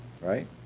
right